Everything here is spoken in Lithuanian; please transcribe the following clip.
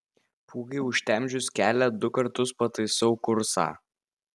pūgai užtemdžius kelią du kartus pataisau kursą